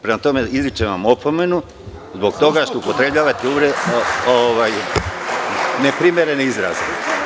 Prema tome, izričem vam opomenu, zbog toga što upotrebljavate neprimerene izraze.